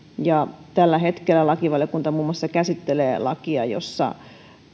tällä hetkellä lakivaliokunta käsittelee muun muassa lakia jossa